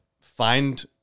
find